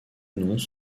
noms